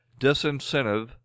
disincentive